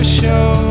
show